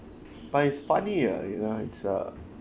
but is funny uh you know it's a